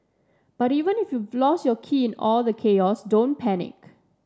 but even if you you've lost your key all the chaos don't panic